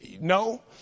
No